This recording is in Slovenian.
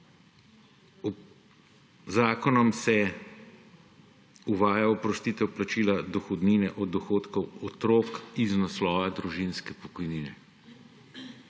zakonom se uvaja oprostitev plačila dohodnine od dohodkov otrok iz naslova družinske pokojnine.